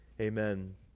Amen